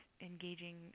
engaging